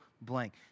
blank